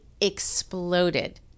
exploded